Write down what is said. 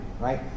right